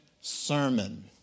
sermon